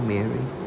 Mary